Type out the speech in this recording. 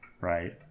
right